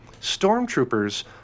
stormtroopers